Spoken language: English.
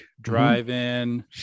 drive-in